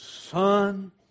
Son